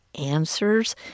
answers